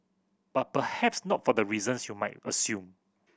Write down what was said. but perhaps not for the reasons you might assume